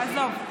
עזוב.